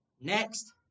next